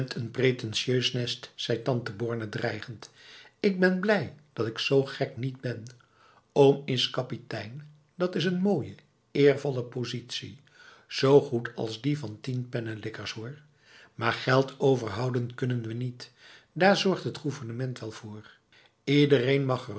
n pretentieus nest zei tante borne dreigend ik ben blij dat ik zo gek niet ben oom is kapitein dat is een mooie eervolle positie zo goed als die van tien pennenlikkers hoor maar geld overhouden kunnen we niet daar zorgt t gouvernement wel voor ledereen mag